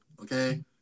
Okay